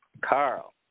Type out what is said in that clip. Carl